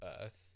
Earth